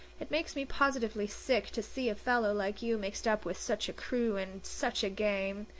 it makes me positively sick to see a fellow like you mixed up with such a crew in such a game.